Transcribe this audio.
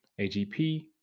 AGP